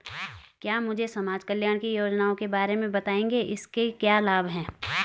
क्या मुझे समाज कल्याण की योजनाओं के बारे में बताएँगे इसके क्या लाभ हैं?